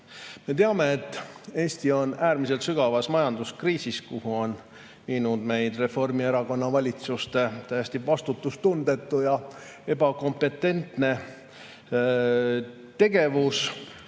Me teame, et Eesti on äärmiselt sügavas majanduskriisis, kuhu on viinud meid Reformierakonna valitsuste täiesti vastutustundetu ja ebakompetentne tegevus.